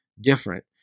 different